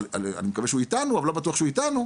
אני מקווה שהוא איתנו, אבל לא בטוח שהוא איתנו,